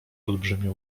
olbrzymie